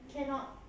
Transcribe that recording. cannot